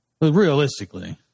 Realistically